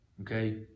Okay